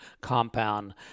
compound